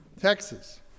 Texas